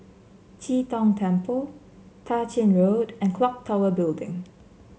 Chee Tong Temple Tah Ching Road and clock Tower Building